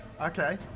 Okay